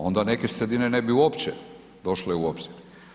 Onda neke sredine ne bi uopće došle u obzir.